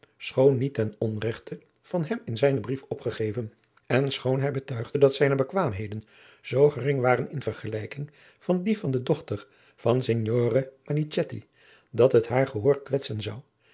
schoon niet ten onregte van hem in zijnen brief opgegeven en schoon hij betuigde dat zijne bekwaamheden zoo gering waren in vergelijking van die van de dochter van signore manichetti dat het haar gehoor kwetsen zou